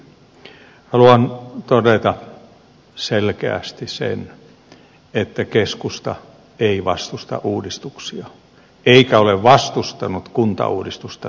haluan todeta selkeästi sen että keskusta ei vastusta uudistuksia eikä ole vastustanut kuntauudistusta sinänsä